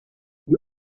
you